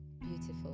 beautiful